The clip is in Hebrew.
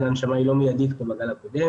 ההנשמה היא לא מיידית כמו בגל הקודם.